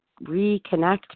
reconnect